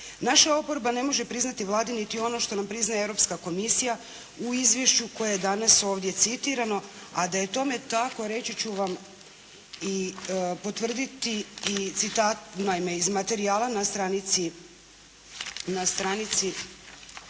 Naša oporba ne može priznati Vladi niti ono što nam priznaje Europska Komisija u izvješću koje je ovdje citirano, a da je tome tako reći ću vam i potvrditi i citatima iz materijala na stranici